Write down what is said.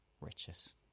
riches